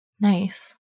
Nice